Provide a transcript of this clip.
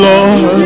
Lord